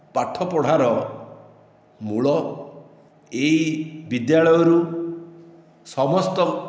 ପାଠପଢ଼ାର ମୂଳ ଏହି ବିଦ୍ୟାଳୟରୁ ସମସ୍ତ